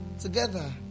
together